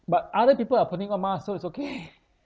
but other people are putting on masks so it's okay